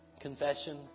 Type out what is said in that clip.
confession